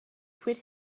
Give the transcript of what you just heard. quit